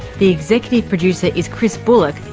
the executive producer is chris bullock,